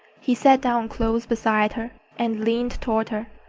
he sat down close beside her and leaned toward her.